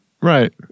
right